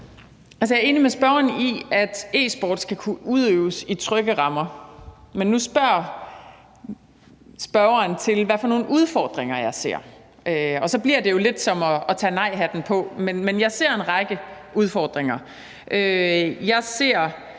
Jeg er enig med spørgeren i, at e-sport skal kunne udøves i trygge rammer. Men nu spørger spørgeren selv, hvad for nogle udfordringer jeg ser, og så bliver det jo lidt som at tage nejhatten på, men jeg ser en række udfordringer. Jeg ser,